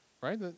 right